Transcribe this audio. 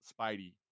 Spidey